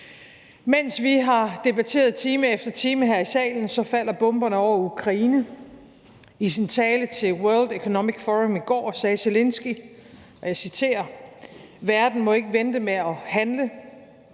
Mens vi har debatteret time efter time her i salen, er bomberne faldet over Ukraine. I sin tale til World Economic Forum i går sagde Zelenskyj, og jeg citerer: Verden må ikke vente med at handle